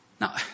Now